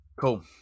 cool